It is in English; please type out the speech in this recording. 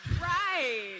Right